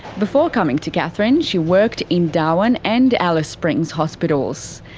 before coming to katherine, she worked in darwin and alice springs hospitals.